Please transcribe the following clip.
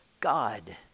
God